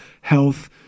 health